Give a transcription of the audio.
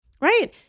right